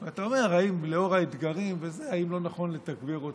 אבל אתה אומר: האם לנוכח האתגרים לא נכון לתגבר אותם?